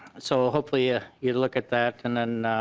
so hopefully ah you will look at that and and